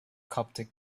coptic